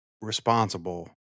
responsible